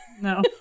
No